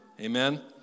Amen